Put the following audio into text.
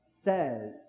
says